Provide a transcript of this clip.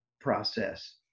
process